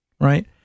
right